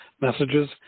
messages